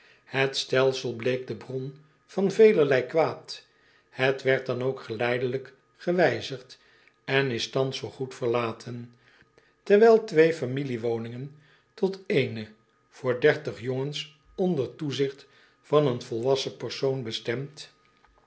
het stelsel bleek de bron van velerlei kwaad het werd dan ook geleidelijk gewijzigd en is thans voor goed verlaten terwijl twee familiewoningen tot ééne voor jongens onder toezigt van een volwassen persoon bestemd